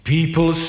People